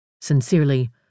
Sincerely